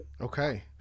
Okay